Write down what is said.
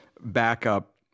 backup